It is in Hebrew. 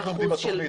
אנחנו עומדים בתוכנית.